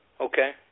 Okay